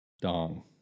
dong